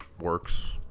works